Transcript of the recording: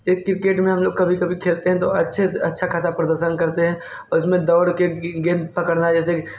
एक क्रिकेट में हम लोग कभी कभी खेलते हैं तो अच्छे से अच्छा ख़ासा प्रदर्शन करते हैं उसमें दौड़ कर गेंद पकड़ना जैसे कि